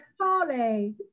Charlie